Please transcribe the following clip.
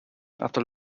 after